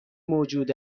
موجود